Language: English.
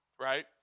Right